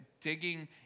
Digging